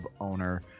owner